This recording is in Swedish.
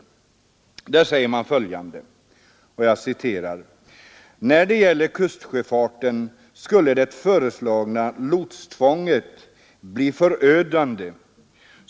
Där sägs: ”När det gäller kustsjöfarten skulle det föreslagna lotstvånget bli förödande.